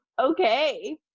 okay